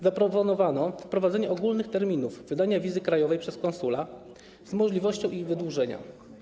Zaproponowano wprowadzenie ogólnych terminów wydania wizy krajowej przez konsula z możliwością ich wydłużenia.